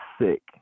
sick